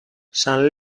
san